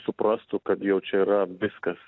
suprastų kad jau čia yra viskas